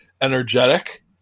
energetic